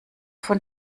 von